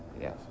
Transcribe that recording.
Yes